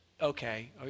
okay